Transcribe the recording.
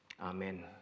amen